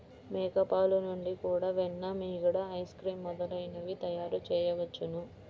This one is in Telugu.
మేక పాలు నుండి కూడా వెన్న, మీగడ, ఐస్ క్రీమ్ మొదలైనవి తయారుచేయవచ్చును